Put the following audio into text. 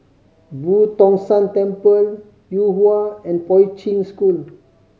Boo Tong San Temple Yuhua and Poi Ching School